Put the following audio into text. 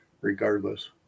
Regardless